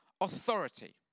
authority